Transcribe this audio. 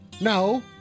No